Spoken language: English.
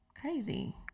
crazy